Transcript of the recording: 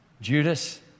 Judas